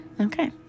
okay